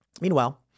Meanwhile